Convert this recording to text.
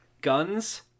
Guns